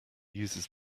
uses